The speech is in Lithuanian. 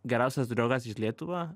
geriausias draugas iš lietuva